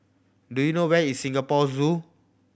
do you know where is Singapore Zoo